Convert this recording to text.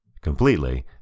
completely